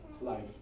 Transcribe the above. life